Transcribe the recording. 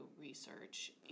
research